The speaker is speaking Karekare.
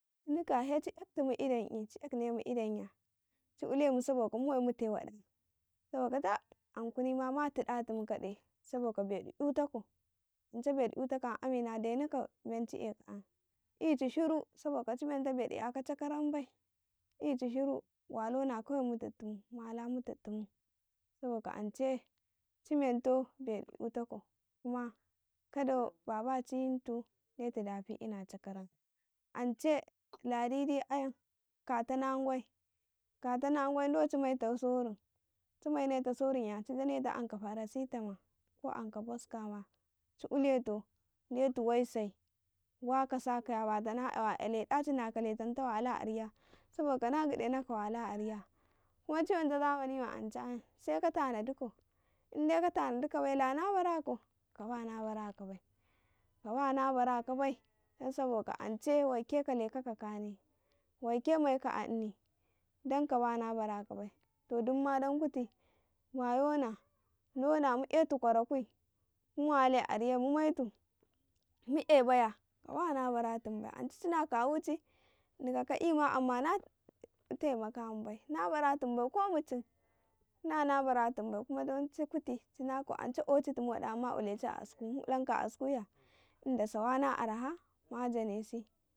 ﻿Ci dikaya he ci yak tumu idenƃi ci yak tun idan ya ci ulemu saboka ka mu wai mute waɗa saboka tabankuni ma tuɗa tun kade saboka beɗi eyu takau, ance beɗi eytaka yan amina denaka men ci eka ayan ici shiru walama kawai mu tidtum saboka anchai ci menta beɗi itakan kuma kada babaci yintu detu dafi ina chaka ran ance ladidi ayan kata na gwai, kata na gwai do ci maita sorun anka paracitamol ko anka boska ma ci uletau detu wai sai waka sakaya bata na ''yawa ''yalai daci naka le tanta wala a riya saboka na gdenaka wala a riya hma ci menta zamani ma ance ''yan seka tanad kau inde ka tanadu ka baiye la na barakau kaba na baraka bai, kaba na baraka bai saboka ance wai ke kaleka ka khni waike mai ka a ini dan kaba nabarak bai to dumurna dan kuti ma yona dona mu etu kwara kwui mu wali a riyai mumaitu mu e baya kabana bara tun bai ance cina kawuci dikakai ma amma nabara taimakatum bai tun bai ko mucin, na baratun bai kuma dan kuti cinaka ance ocitinma wada ma ultu a asku mu ulena a askuya tinda sawa na araha majane chi.